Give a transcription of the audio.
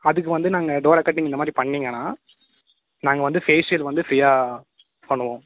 அதுக்கு வந்து நாங்கள் டோரா கட்டிங் இந்த மாதிரி பண்ணீங்கன்னால் நாங்கள் வந்து ஃபேஷியல் வந்து ஃப்ரீயாக பண்ணுவோம்